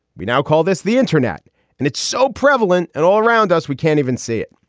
we now call this the internet and it's so prevalent and all around us we can't even see it.